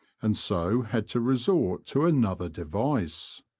and so had to resort to another device.